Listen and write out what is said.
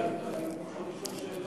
אני יכול לשאול שאלה?